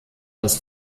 das